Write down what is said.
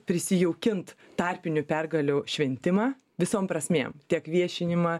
prisijaukint tarpinių pergalių šventimą visom prasmėm tiek viešinimą